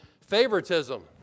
favoritism